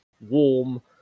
warm